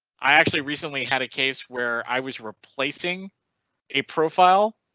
i actually recently had a case where i was replacing a profile.